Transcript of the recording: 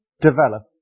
develop